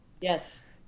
Yes